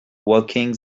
walking